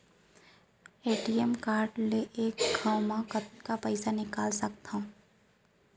ATM card ले एक घव म कतका रुपिया निकाल सकथव?